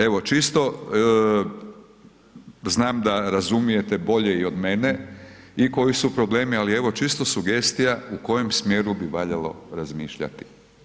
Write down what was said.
Evo, čisto znam da razumijete bolje i od mene i koji su problemi, ali evo, čisto sugestija u kojem smjeru bi valjalo razmišljati.